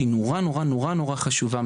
שהיא נורא נורא חשובה,